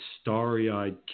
starry-eyed